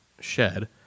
shed